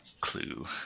clue